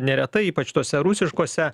neretai ypač tose rusiškose